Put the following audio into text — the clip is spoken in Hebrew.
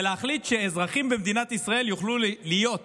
ולהחליט שאזרחים במדינת ישראל יוכלו להיות